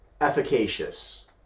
efficacious